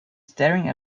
staring